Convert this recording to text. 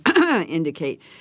indicate